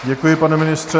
Děkuji, pane ministře.